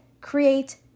create